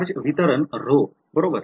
charge वितरण ρबरोबर